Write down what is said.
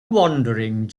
wandering